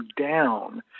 down